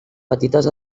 petites